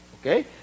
okay